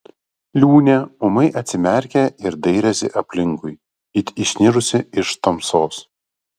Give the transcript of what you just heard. liūnė ūmai atsimerkė ir dairėsi aplinkui it išnirusi iš tamsos